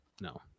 No